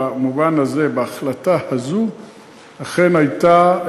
במובן הזה, בהחלטה הזאת אכן הייתה,